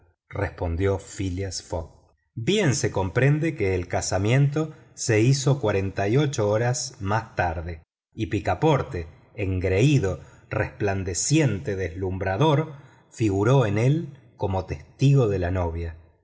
respondió phileas fogg bien se comprende que el casamiento se hizo cuarenta y ocho horas más tarde y picaporte engreído resplandeciente deslumbrador figuró en él como testigo de la novia